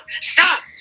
stop